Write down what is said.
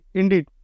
indeed